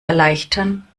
erleichtern